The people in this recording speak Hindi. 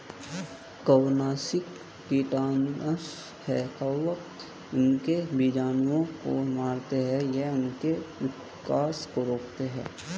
कवकनाशी कीटनाशक है कवक उनके बीजाणुओं को मारते है या उनके विकास को रोकते है